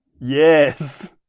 yes